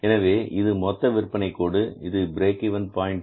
எனவே இது மொத்த விற்பனை கோடு மற்றும் இது பிரேக் இவன் கோடு